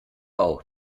auch